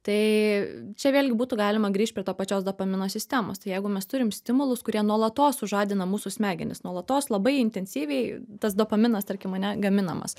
tai čia vėlgi būtų galima grįžt prie to pačios dopamino sistemos tai jeigu mes turim stimulus kurie nuolatos sužadina mūsų smegenis nuolatos labai intensyviai tas dopaminas tarkim ane gaminamas